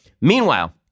Meanwhile